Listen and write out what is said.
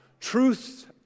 truths